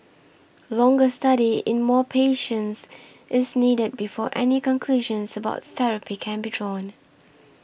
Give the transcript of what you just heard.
longer study in more patients is needed before any conclusions about therapy can be drawn